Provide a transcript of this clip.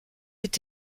est